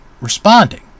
responding